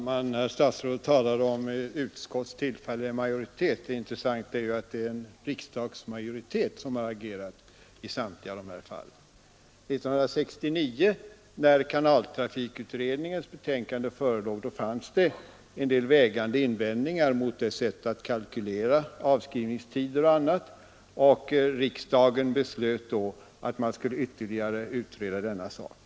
Herr talman! Herr statsrådet talar om utskottets ”tillfälliga majoritet”. Det intressanta är ju att det är en riksdagsmajoritet som agerat i samtliga dessa fall. 1969, när kanaltrafikutredningens betänkande förelåg, fanns det en del vägande invändningar mot dess sätt att kalkylera avskrivningstider och annat, och riksdagen beslöt då att man skulle ytterligare utreda denna sak.